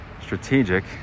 Strategic